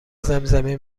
زمزمه